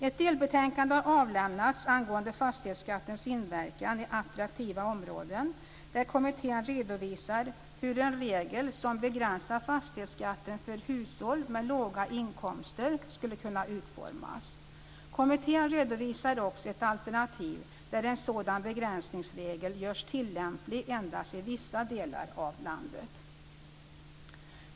Ett delbetänkande har avlämnats angående fastighetsskattens inverkan i attraktiva områden, där kommittén redovisar hur en regel som begränsar fastighetsskatten för hushåll med låga inkomster skulle kunna utformas. Kommittén redovisar också ett alternativ där en sådan begränsningsregel görs tillämplig endast i vissa delar av landet.